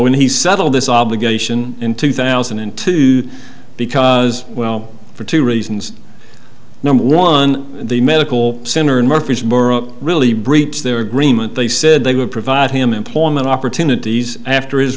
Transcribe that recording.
when he settled this obligation in two thousand and two because well for two reasons number one the medical center in murfreesboro really breached their agreement they said they would provide him employment opportunities after his